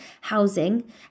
housing